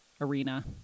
arena